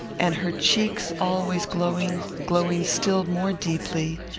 and her cheeks, always glowing, glowing still more deeply,